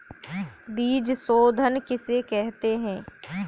बीज शोधन किसे कहते हैं?